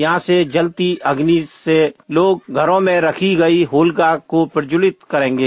यहां से जलती अग्नि से लोग घरों में रखी गई होलिकाओं को प्रज्ज्वलित करेंगे